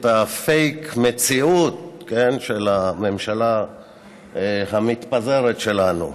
הפייק-מציאות של הממשלה המתפזרת שלנו.